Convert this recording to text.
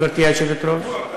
גברתי היושבת-ראש,